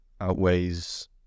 outweighs